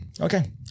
Okay